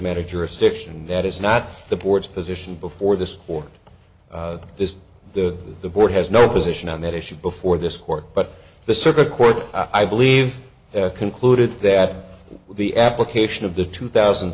matter jurisdiction and that is not the board's position before this court this the the board has no position on that issue before this court but the circuit court i believe concluded that the application of the two thousand